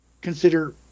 consider